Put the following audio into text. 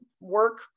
work